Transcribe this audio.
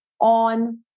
on